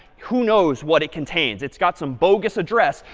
who knows what it contains. it's got some bogus address,